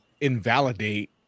invalidate